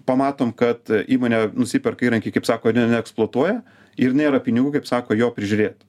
pamatom kad įmonė nusiperka įrankį kaip sako ne neeksploatuoja ir nėra pinigų kaip sako jo prižiūrėt